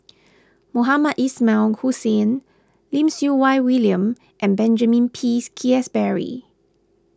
Mohamed Ismail Hussain Lim Siew Wai William and Benjamin Pease Keasberry